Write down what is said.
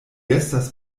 estas